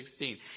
2016